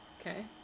Okay